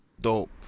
Dope